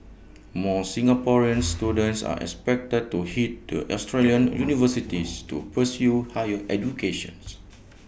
more Singaporean students are expected to Head to Australian universities to pursue higher education